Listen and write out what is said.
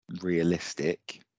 realistic